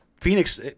Phoenix